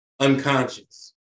unconscious